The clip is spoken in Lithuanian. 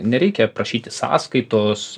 nereikia prašyti sąskaitos